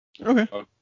Okay